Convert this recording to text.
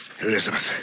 Elizabeth